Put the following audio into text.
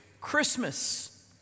Christmas